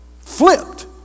Flipped